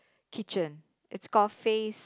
kitchen it's called fay's